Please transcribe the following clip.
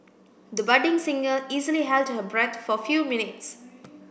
the budding singer easily held her breath for few minutes